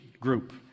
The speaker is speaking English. group